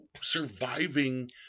surviving